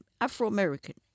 Afro-American